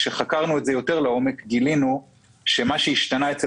כאשר חקרנו את זה יותר לעומק גילינו שמה שהשתנה אצל